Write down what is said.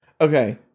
Okay